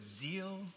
zeal